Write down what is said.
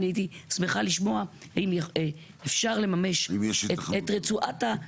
הייתי שמחה לשמוע אם אפשר לממש את רצועת -- אם יש היתכנות לזה.